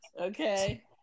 okay